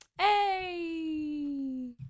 Hey